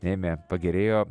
ėmė pagerėjo